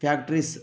factories